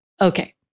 okay